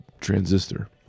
transistor